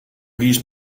giest